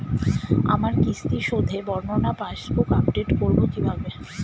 আমার কিস্তি শোধে বর্ণনা পাসবুক আপডেট করব কিভাবে?